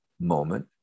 moment